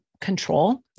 control